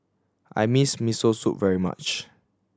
I miss Miso Soup very much